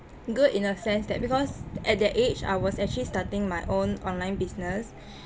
good in a sense that because at that age I was actually starting my own online business